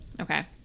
Okay